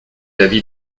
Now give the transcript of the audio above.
l’avez